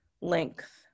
length